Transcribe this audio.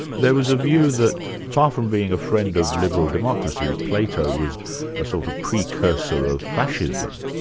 there was a view that far from being a friend of liberal democracy, plato was a sort of precursor of fascism.